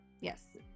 Yes